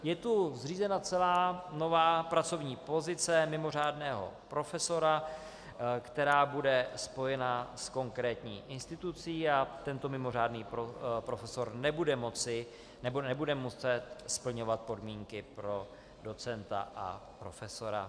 Je tu zřízena celá nová pracovní pozice mimořádného profesora, která bude spojena s konkrétní institucí, a tento mimořádný profesor nebude muset splňovat podmínky pro docenta a profesora.